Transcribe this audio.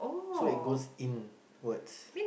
so it goes inwards